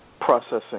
processing